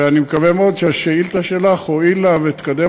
ואני מקווה מאוד שהשאילתה שלך הועילה ותקדם